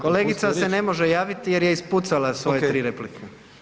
Kolegica se ne može javiti jer je ispucala svoje 3 replike.